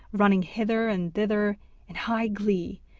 running hither and thither in high glee,